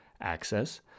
access